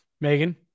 Megan